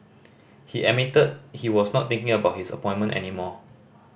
he admitted he was not thinking about his appointment any more